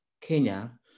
Kenya